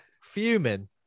fuming